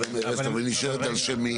לא נהרסת אבל נשארת על שם מי?